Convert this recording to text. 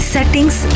Settings